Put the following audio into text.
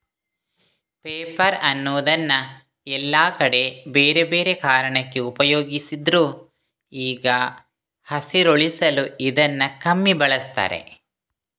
paper ಅನ್ನುದನ್ನ ಎಲ್ಲಾ ಕಡೆ ಬೇರೆ ಬೇರೆ ಕಾರಣಕ್ಕೆ ಉಪಯೋಗಿಸ್ತಿದ್ರು ಈಗ ಹಸಿರುಳಿಸಲು ಇದನ್ನ ಕಮ್ಮಿ ಬಳಸ್ತಾರೆ